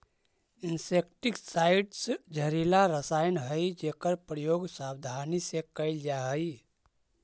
insecticides जहरीला रसायन हई जेकर प्रयोग सावधानी से कैल जा हई